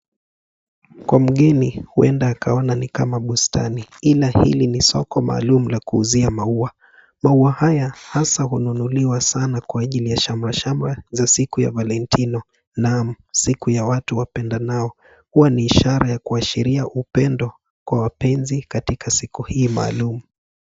Kwa mgeni huenda akaona ni bustani ila hili ni soko maalum ya kuuzia maua. Maua haya hasa hununuliwa sana kwa ajili ya shama shama za siku ya valentino . Naam, siku ya watu wapendanao. Huwa ni ishara ya kuashiria upendo kwa wapenzi katika siku hii maalum.